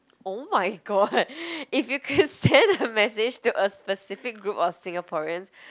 oh-my-god if you could send a message to a specific group of Singaporeans